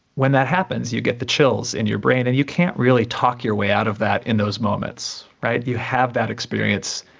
when that happens you get the chills in your brain and you can't really talk your way out of that in those moments, you have that experience,